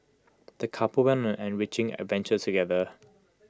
the couple went on an enriching adventure together